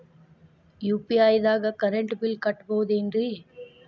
UPI ದಾಗ current bill ಕಟ್ಟಬಹುದೇನ್ರಿ?